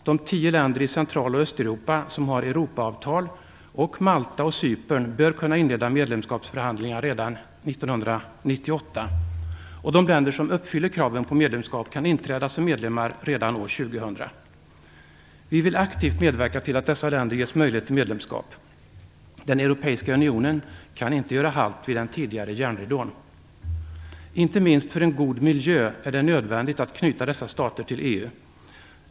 De tio länder i Central och Östeuropa som har Europaavtal bör, liksom Malta och Cypern, kunna inleda medlemskapsförhandlingar redan 1998. De länder som uppfyller kraven för medlemskap kan inträda som medlemmar redan år 2000. Vi vill aktivt medverka till att dessa länder ges möjlighet till medlemskap. Den europeiska unionen kan inte göra halt vid den tidigare järnridån. Inte minst för att få en god miljö är det nödvändigt att knyta dessa stater till EU.